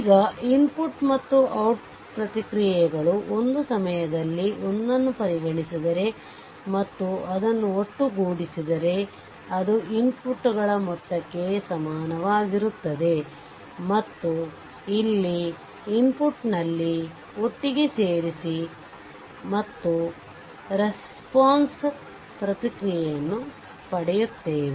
ಈಗ ಇನ್ಪುಟ್ ಮತ್ತು ಔಟ್ಪುಟ್ ಪ್ರತಿಕ್ರಿಯೆಗಳು ಒಂದು ಸಮಯದಲ್ಲಿ ಒಂದನ್ನು ಪರಿಗಣಿಸಿದರೆ ಮತ್ತು ಅದನ್ನು ಒಟ್ಟುಗೂಡಿಸಿದರೆ ಅದು ಇನ್ಪುಟ್ಗಳ ಮೊತ್ತಕ್ಕೆ ಸಮನಾಗಿರುತ್ತದೆ ಮತ್ತು ಅಲ್ಲಿ ಇನ್ಪುಟ್ನಲ್ಲಿ ಒಟ್ಟಿಗೆ ಇರಿಸಿ ಮತ್ತು ರೇಸ್ಪೋಂಸ್ ಪ್ರತಿಕ್ರಿಯೆಯನ್ನು ಪಡೆಯುತ್ತೇವೆ